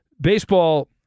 baseball